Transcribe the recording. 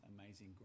Amazing